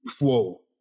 whoa